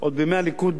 עוד בימי הליכוד,